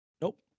Nope